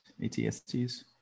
ATSTs